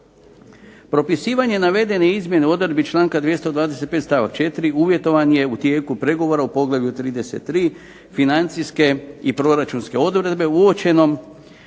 Propisivanje navedene izmjene u odredbi članka 225. stavak 4. uvjetovan u tijeku pregovora u poglavlju 33. financijske i proračunske odredbe u uočenom